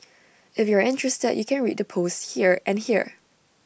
if you're interested you can read the posts here and here